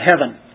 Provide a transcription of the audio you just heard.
heaven